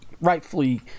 rightfully